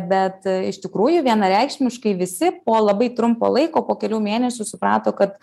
bet iš tikrųjų vienareikšmiškai visi po labai trumpo laiko po kelių mėnesių suprato kad